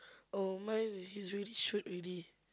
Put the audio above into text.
oh mine he's already shoot already